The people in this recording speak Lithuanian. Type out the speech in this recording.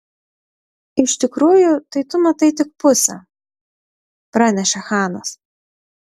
iš tikrųjų tai tu matai tik pusę pranešė chanas